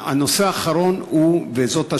הנושא האחרון הוא, וזאת השאלה,